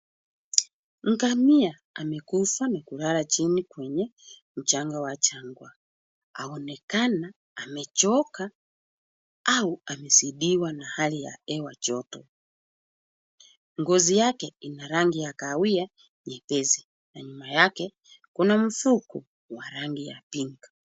Ngamia amekufa na kulala chini kwenye mchanga wa jangwa. Aonekana amechoka au amezidiwa na hali ya hewa joto. Ngozi yake ina rangi ya kahawia nyepesi na nyuma yake kuna mfuko wa rangi ya pink .